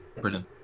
brilliant